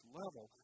level